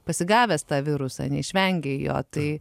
pasigavęs tą virusą neišvengei jo tai